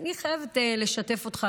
אני חייבת לשתף אותך,